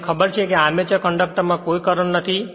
તમને ખબર છે કે આર્મેચર કંડક્ટરમાં કોઈ કરંટ નથી